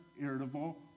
irritable